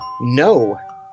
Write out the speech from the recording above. no